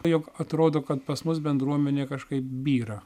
juk atrodo kad pas mus bendruomenė kažkaip byra